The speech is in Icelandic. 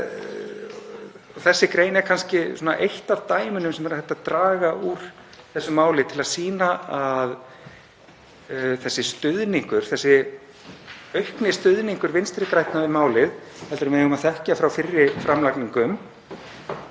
Þessi grein er kannski eitt af dæmunum sem er hægt að draga úr þessu máli til að sýna að þessi aukni stuðningur Vinstri grænna við málið, meiri en við þekkjum frá fyrri framlagningum,